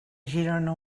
girona